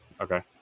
Okay